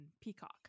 Peacock